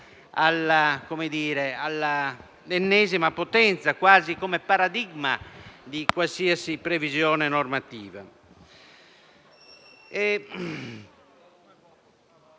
all'ennesima potenza, quasi come paradigma di qualsiasi previsione normativa.